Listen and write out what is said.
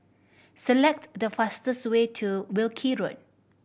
select the fastest way to Wilkie Road